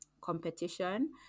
competition